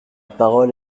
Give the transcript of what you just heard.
parole